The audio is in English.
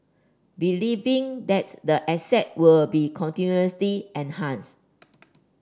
believing that's the asset will be continuously enhanced